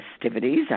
festivities